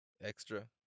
extra